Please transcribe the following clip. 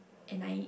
and I